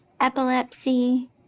epilepsy